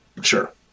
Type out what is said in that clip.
Sure